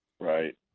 Right